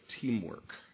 teamwork